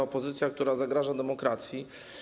Opozycja, która zagraża demokracji.